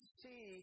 see